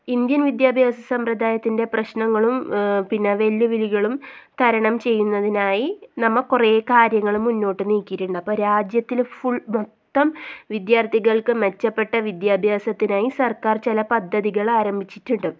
Indian വിദ്യാഭ്യാസ സമ്പ്രദായത്തിൻ്റെ പ്രശ്നങ്ങളും പിന്നെ വെല്ലുവിളികളും തരണം ചെയ്യുന്നതിനായി നമ്മൾ കുറേ കാര്യങ്ങൾ മുന്നോട്ട് നീക്കിയിട്ടുണ്ട് അപ്പം രാജ്യത്തിൽ ഫുൾ മൊത്തം വിദ്യാർഥികൾക്ക് മെച്ചപ്പെട്ട വിദ്യാഭ്യാസത്തിനായി സർക്കാർ ചില പദ്ധതികൾ ആരംഭിച്ചിട്ടുണ്ട്